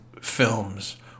films